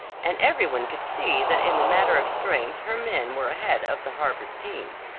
and every one could see that in the matter of strength her men were ahead of the harvard team.